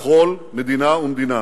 היא מתערבת בכל מדינה ומדינה.